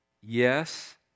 Yes